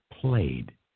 played